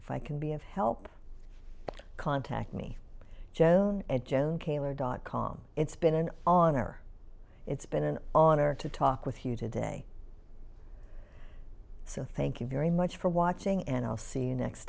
if i can be of help contact me joan and joan kaylor dot com it's been an honor it's been an honor to talk with you today so thank you very much for watching and i'll see you next